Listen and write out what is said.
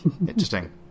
Interesting